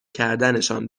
کردنشان